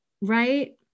right